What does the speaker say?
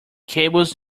cables